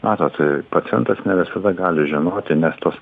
matot pacientas ne visada gali žinoti nes tos